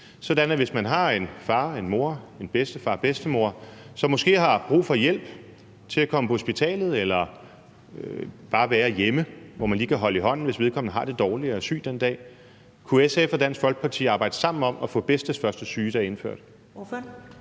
der, hvis man har en far eller en mor, en bedstefar eller bedstemor, som måske har brug for hjælp til at komme på hospitalet eller bare være hjemme, hvor man lige kan holde i hånden, hvis vedkommende har det dårligt og er syg den dag. Kunne SF og Dansk Folkeparti arbejde sammen om at få indført bedstes første sygedag? Kl.